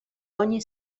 ogni